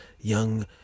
young